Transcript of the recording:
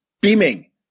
beaming